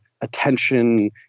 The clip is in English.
attention